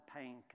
pain